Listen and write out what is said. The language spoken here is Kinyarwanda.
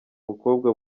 mukobwa